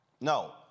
no